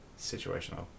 situational